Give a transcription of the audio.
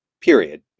period